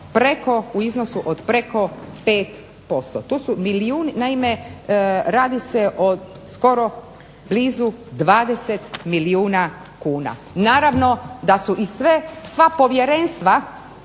u iznosu od preko 5%, naime, radi se o skoro blizu 20 milijuna kuna, naravno da su i sva povjerenstva